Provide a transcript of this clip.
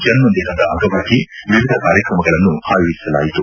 ಜನ್ಮದಿನದ ಅಂಗವಾಗಿ ವಿವಿಧ ಕಾರ್ಯಕ್ರಮಗಳನ್ನು ಆಯೋಜಿಸಲಾಯಿತು